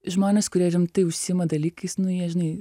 žmonės kurie rimtai užsiima dalykais nu jie žinai